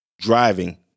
driving